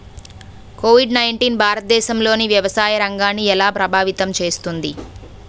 Covid nineteen భారతదేశంలోని వ్యవసాయ రంగాన్ని ఎలా ప్రభావితం చేస్తుంది?